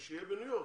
שיהיה בניו יורק.